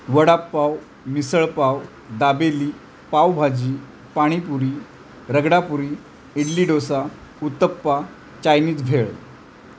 vada pav misal pav dabeli pav bhaji pani puri ragda puri idli dosa uttappa Chinese भेळ